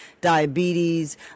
diabetes